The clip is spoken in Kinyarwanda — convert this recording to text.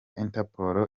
interpol